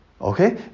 Okay